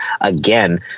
again